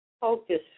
focus